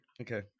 Okay